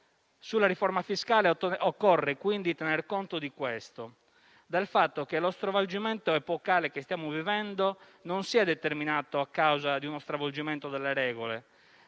Sulla riforma fiscale occorre, quindi, tener conto di questo, ovvero del fatto che lo stravolgimento epocale che stiamo vivendo non si è determinato a causa di uno stravolgimento delle regole,